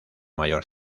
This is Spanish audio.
mayor